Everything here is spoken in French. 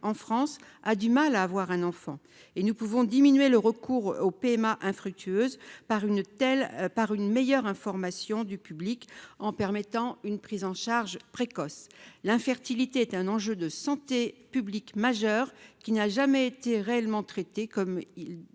France a du mal à avoir un enfant, et nous pouvons diminuer le recours aux PMA par une telle par une meilleure information du public, en permettant une prise en charge précoce l'infertilité est un enjeu de santé publique majeur qui n'a jamais été réellement traités comme il